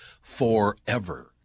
forever